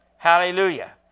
Hallelujah